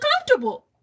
uncomfortable